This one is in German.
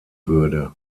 würde